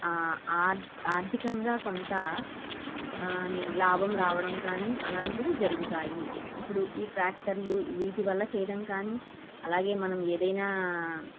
are ఆర్థికంగా కొంత I mean లాభం రావడం కానీ అలాంటివి జరుగుతాయి ఇప్పుడు ఈ ట్రాక్టర్లు వీటివల్ల చెయ్యడం కానీ అలాగే మనం ఏదైనా